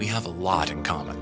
we have a lot in common